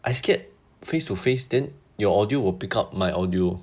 I scared face to face then your audio will pick up my audio